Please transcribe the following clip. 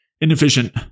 inefficient